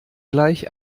gleich